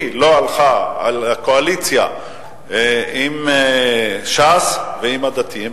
היא לא הלכה על קואליציה עם ש"ס ועם הדתיים